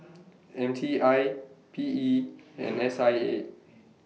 M T I P E and S I A